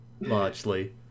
largely